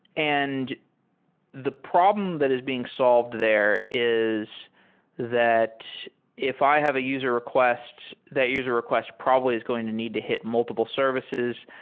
and the problem that is being solved there is that if i have a user request, that user request probably is going to need to hit multiple services.